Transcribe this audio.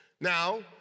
Now